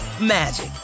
magic